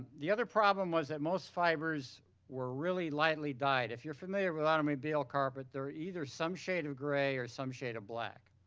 the other problem was that most fibers were really lightly dyed. if you're familiar with automobile, but they're either some shade of gray or some shade of black.